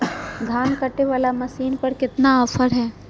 धान कटे बाला मसीन पर कतना ऑफर हाय?